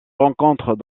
rencontre